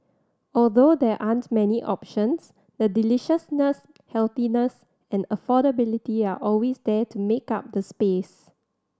although there aren't many options the deliciousness healthiness and affordability are always there to make up the space